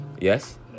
Yes